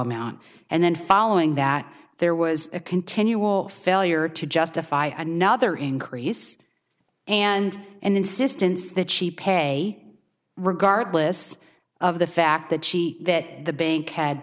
amount and then following that there was a continual failure to justify another increase and an insistence that she pay regardless of the fact that she that the bank had